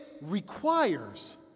requires